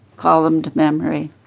call them to memory